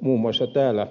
muun muassa täällä